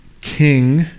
king